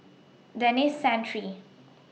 Denis Santry